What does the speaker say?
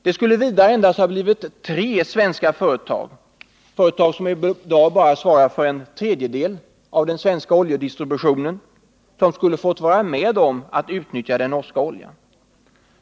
Det skulle vidare endast ha blivit tre svenska företag, företag som i dag endast svarar för en tredjedel av den svenska oljedistributionen, som hade fått vara med om att utnyttja den norska oljan.